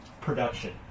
production